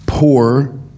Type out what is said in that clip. Poor